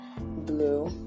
Blue